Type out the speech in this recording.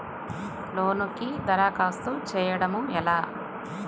లోనుకి దరఖాస్తు చేయడము ఎలా?